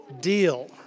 Deal